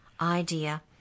idea